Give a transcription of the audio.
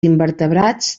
invertebrats